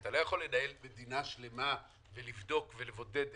אתה לא יכול לנהל מדינה שלמה ולבדוק ולבודד אזור.